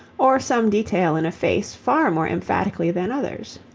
or some detail in a face far more emphatically than others.